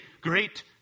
great